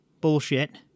bullshit